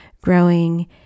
growing